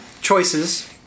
choices